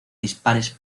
dispares